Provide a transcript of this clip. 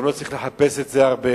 גם לא צריך לחפש את זה הרבה.